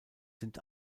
sind